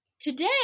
today